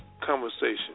conversation